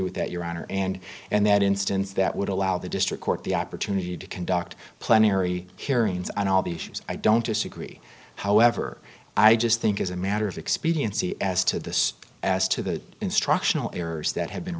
with that your honor and and that instance that would allow the district court the opportunity to conduct plenary hearings on all the issues i don't disagree however i just think as a matter of expediency as to this as to the instructional errors that have been